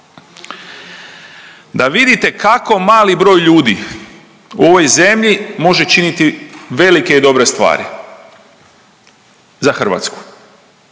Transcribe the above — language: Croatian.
Da vidite kako mali broj ljudi u ovoj zemlji može činiti velike i dobre stvari za Hrvatsku.